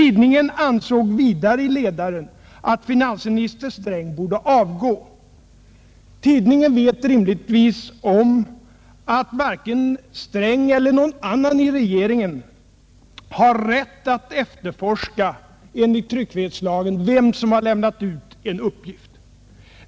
Tidningen ansåg vidare i ledaren att finansministern borde avgå. Tidningen vet rimligtvis om att enligt tryckfrihetslagen varken Sträng eller någon annan i regeringen har rätt att efterforska vem som har lämnat ut en uppgift.